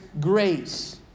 grace